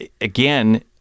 again